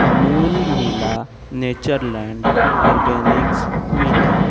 अमूल मिला Natureland Organics मिलें